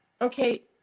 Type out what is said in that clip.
Okay